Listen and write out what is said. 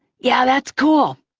yeah, that's cool.